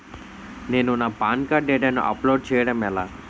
నేను నా PAN card డేటాను అప్లోడ్ చేయడం ఎలా?